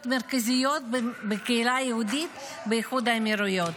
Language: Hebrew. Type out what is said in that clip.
המרכזיות בקהילה היהודית באיחוד האמירויות.